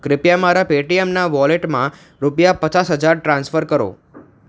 કૃપયા મારાં પેટીએમનાં વોલેટમાં રૂપિયા પચાર હજાર ટ્રાન્સફર કરો